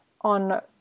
On